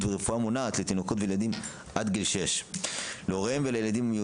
ורפואה מונעת לתינוקות וילדים עד גיל 6 להוריהם ולילדים.